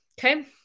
okay